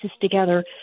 together